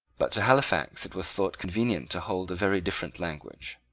but to halifax it was thought convenient to hold a very different language.